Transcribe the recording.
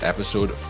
Episode